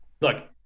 look